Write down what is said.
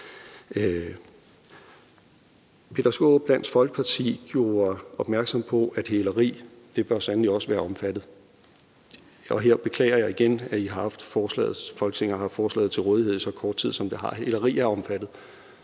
fra Dansk Folkeparti gjorde opmærksom på, at hæleri sandelig også bør være omfattet. Her beklager jeg igen, at Folketinget har haft forslaget til rådighed i så kort tid, som det har. Hæleri er omfattet